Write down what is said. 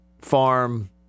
farm